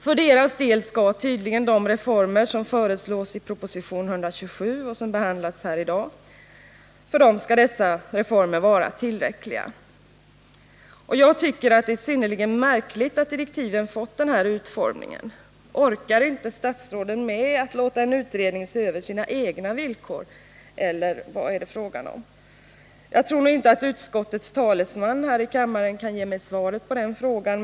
För deras del skall tydligen de reformer som föreslås i proposition 127 och som behandlas här i dag vara tillräckliga. Jag tycker det är synnerligen märkligt att direktiven fått denna utformning. Orkar inte statsråden med att låta en utredning se över sina egna villkor, eller vad är det fråga om? Jag tror nu inte att utskottets talesman hä i kammaren kan ge mig svaret på den frågan.